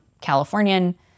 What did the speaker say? Californian